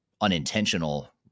unintentional